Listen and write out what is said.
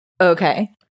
Okay